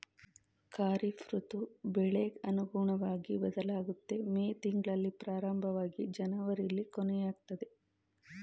ಖಾರಿಫ್ ಋತು ಬೆಳೆಗ್ ಅನುಗುಣ್ವಗಿ ಬದ್ಲಾಗುತ್ತೆ ಮೇ ತಿಂಗ್ಳಲ್ಲಿ ಪ್ರಾರಂಭವಾಗಿ ಜನವರಿಲಿ ಕೊನೆಯಾಗ್ತದೆ